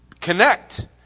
connect